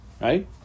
right